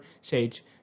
Sage